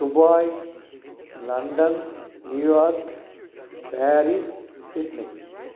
Dubai London New York Paris Sydney